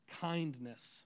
kindness